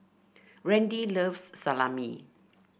Randy loves Salami